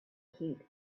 heat